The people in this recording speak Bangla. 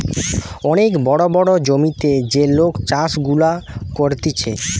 অনেক বড় বড় জমিতে যে লোক চাষ গুলা করতিছে